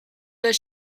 the